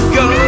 go